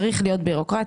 צריכה להיות בירוקרטיה,